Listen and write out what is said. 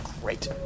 Great